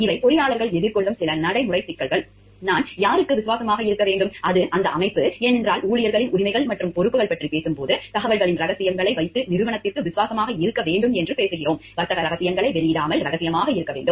இவை பொறியாளர்கள் எதிர்கொள்ளும் சில நடைமுறைச் சிக்கல்கள் நான் யாருக்கு விசுவாசமாக இருக்க வேண்டும் அது அந்த அமைப்பு ஏனென்றால் ஊழியர்களின் உரிமைகள் மற்றும் பொறுப்புகள் பற்றி பேசும்போது தகவல்களின் ரகசியங்களை வைத்து நிறுவனத்திற்கு விசுவாசமாக இருக்க வேண்டும் என்று பேசுகிறோம் வர்த்தக ரகசியங்களை வெளியிடாமல் இரகசியமாக இருக்க வேண்டும்